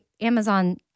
Amazon